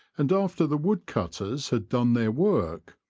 and after the wood-cutters had done their work,